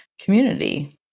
community